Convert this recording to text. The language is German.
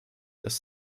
das